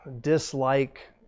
dislike